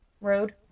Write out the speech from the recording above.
road